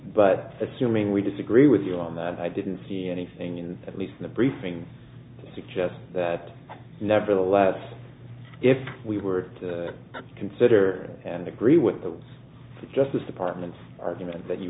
but assuming we disagree with you on that i didn't see anything in at least in the briefing to suggest that nevertheless if we were to consider and agree with the justice department's argument that you